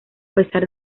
pesar